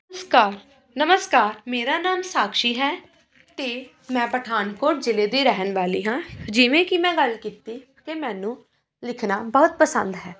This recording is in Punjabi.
ਸਕਾਰ ਨਮਸਕਾਰ ਮੇਰਾ ਨਾਮ ਸਾਕਸ਼ੀ ਹੈ ਅਤੇ ਮੈਂ ਪਠਾਨਕੋਟ ਜ਼ਿਲ੍ਹੇ ਦੀ ਰਹਿਣ ਵਾਲੀ ਹਾਂ ਜਿਵੇਂ ਕਿ ਮੈਂ ਗੱਲ ਕੀਤੀ ਕਿ ਮੈਨੂੰ ਲਿਖਣਾ ਬਹੁਤ ਪਸੰਦ ਹੈ